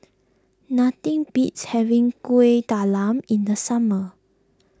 nothing beats having Kuih Talam in the summer